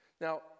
Now